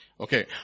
Okay